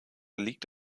liegt